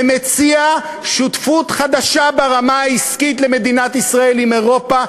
ומציע למדינת ישראל שותפות חדשה ברמה העסקית עם אירופה,